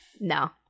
No